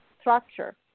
structure